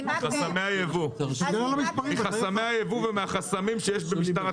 מחסמי היבוא ומהחסמים שיש במשטר התקינה.